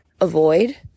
avoid